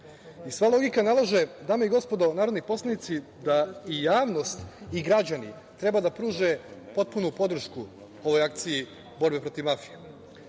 logika nalaže, dame i gospodo narodni poslanici, da i javnost i građani treba da pruže potpunu podršku ovoj akciji borbe protiv mafije.